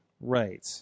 Right